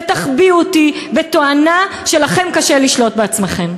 ותחביאו אותי בתואנה שלכם קשה לשלוט בעצמכם.